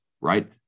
Right